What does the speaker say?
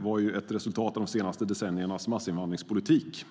var ett resultat av de senaste decenniernas massinvandringspolitik.